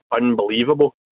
unbelievable